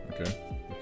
Okay